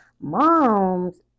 Moms